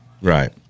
Right